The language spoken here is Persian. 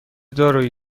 دارویی